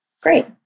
Great